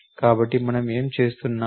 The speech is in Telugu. కాబట్టి మనం ఏమి చేస్తున్నాము